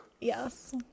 Yes